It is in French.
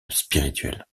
spirituel